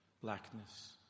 blackness